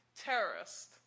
terrorist